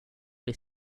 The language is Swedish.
bli